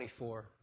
24